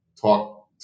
talk